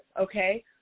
okay